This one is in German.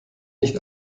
nicht